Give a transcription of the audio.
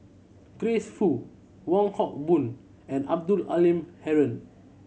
Grace Fu Wong Hock Boon and Abdul Halim Haron